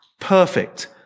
perfect